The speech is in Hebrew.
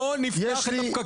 בוא נפתח את הפקקים האלה.